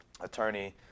attorney